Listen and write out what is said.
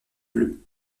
bleu